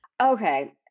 okay